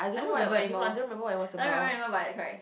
I don't remember anymore I don't remmeber anymore but I cried